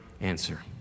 answer